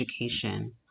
education